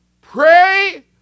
Pray